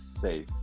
safe